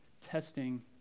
testing